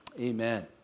Amen